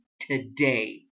today